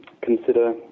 consider